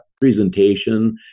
presentation